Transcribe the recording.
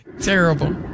Terrible